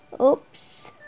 Oops